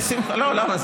למה?